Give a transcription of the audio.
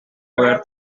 poder